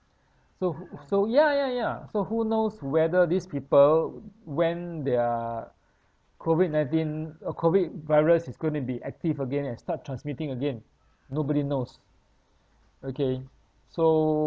so so ya ya ya so who knows whether these people when their COVID nineteen uh COVID virus is going to be active again and start transmitting again nobody knows okay so